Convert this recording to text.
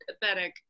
Pathetic